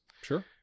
sure